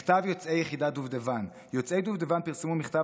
מכתב יוצאי יחידת דובדבן: יוצאי דובדבן פרסמו מכתב